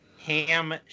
Ham